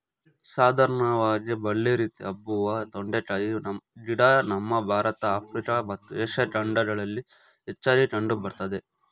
ಸಾಧಾರಣವಾಗಿ ಬಳ್ಳಿ ರೀತಿ ಹಬ್ಬುವ ತೊಂಡೆಕಾಯಿ ಗಿಡ ನಮ್ಮ ಭಾರತ ಆಫ್ರಿಕಾ ಮತ್ತು ಏಷ್ಯಾ ಖಂಡಗಳಲ್ಲಿ ಹೆಚ್ಚಾಗಿ ಕಂಡು ಬರ್ತದೆ